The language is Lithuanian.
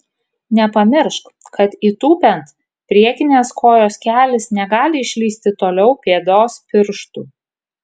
nepamiršk kad įtūpiant priekinės kojos kelis negali išlįsti toliau pėdos pirštų